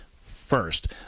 first